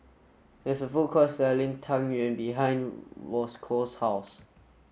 there is a food court selling Tang Yuen behind Roscoe's house